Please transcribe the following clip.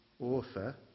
author